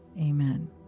Amen